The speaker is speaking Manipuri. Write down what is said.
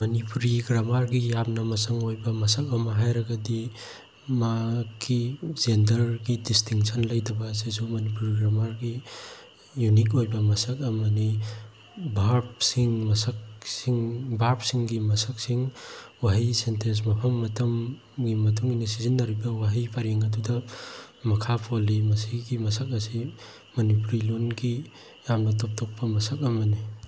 ꯃꯅꯤꯄꯨꯔꯤ ꯒ꯭ꯔꯃꯥꯔꯒꯤ ꯌꯥꯝꯅ ꯃꯆꯪ ꯑꯣꯏꯕ ꯃꯁꯛ ꯑꯃ ꯍꯥꯏꯔꯒꯗꯤ ꯃꯥꯒꯤ ꯖꯦꯟꯗꯔꯒꯤ ꯗꯤꯁꯇꯤꯡꯁꯟ ꯂꯩꯇꯕ ꯑꯁꯤꯁꯨ ꯃꯅꯤꯄꯨꯔꯤ ꯒ꯭ꯔꯃꯥꯔꯒꯤ ꯌꯨꯅꯤꯛ ꯑꯣꯏꯕ ꯃꯁꯛ ꯑꯃꯅꯤ ꯚꯔꯕꯁꯤꯡ ꯃꯁꯛꯁꯤꯡ ꯚꯥꯔꯕꯁꯤꯡꯒꯤ ꯃꯁꯛꯁꯤꯡ ꯋꯥꯍꯩ ꯁꯦꯟꯇꯦꯟꯁ ꯃꯐꯝ ꯃꯇꯝꯒꯤ ꯃꯇꯨꯡꯏꯟꯅ ꯁꯤꯖꯤꯟꯅꯔꯤꯕ ꯋꯥꯍꯩ ꯄꯔꯦꯡ ꯑꯗꯨꯗ ꯃꯈꯥ ꯄꯣꯜꯂꯤ ꯃꯁꯤꯒꯤ ꯃꯁꯛ ꯑꯁꯤ ꯃꯅꯤꯄꯨꯔꯤ ꯂꯣꯟꯒꯤ ꯌꯥꯝꯅ ꯇꯣꯞ ꯇꯣꯞꯄ ꯃꯁꯛ ꯑꯃꯅꯤ